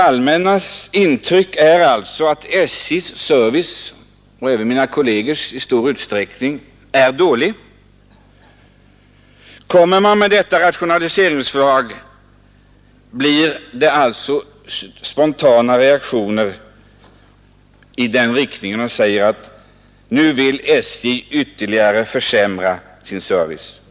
Allmänhetens och i stor utsträckning även mina kollegers intryck är alltså att SJ:s service är dålig. Då dessa rationaliseringsförslag framlägges blir det spontana reaktioner i den riktningen att nu vill SJ ytterligare försämra sin service.